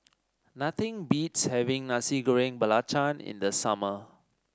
nothing beats having Nasi Goreng Belacan in the summer